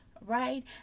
right